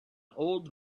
old